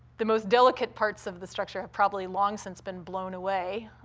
the most delicate parts of the structure have probably long since been blown away,